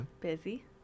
Busy